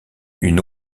une